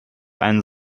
einen